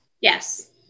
Yes